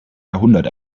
jahrhundert